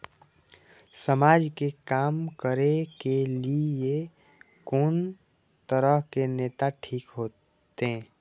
समाज के काम करें के ली ये कोन तरह के नेता ठीक होते?